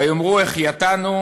ויאמרו החיתנו,